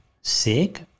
sick